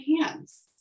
hands